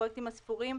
הפרויקטים הספורים,